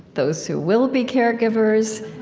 those who will be caregivers,